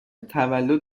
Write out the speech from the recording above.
تولد